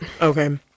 Okay